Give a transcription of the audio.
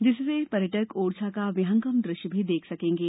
जिससे पर्यटक ओरछा का बिहंगम दृश्य भी देख सकेंगे